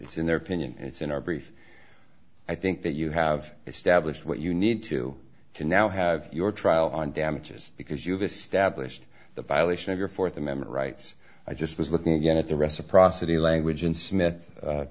it's in their opinion it's in our brief i think that you have established what you need to to now have your trial on damages because you've established the violation of your fourth amendment rights i just was looking again at the reciprocity language in smith